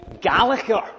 Gallagher